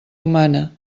humana